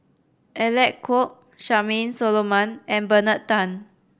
Alec Kuok Charmaine Solomon and Bernard Tan